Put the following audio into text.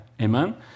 Amen